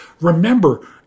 Remember